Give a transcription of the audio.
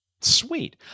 Sweet